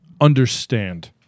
understand